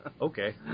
Okay